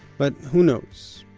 but who knows,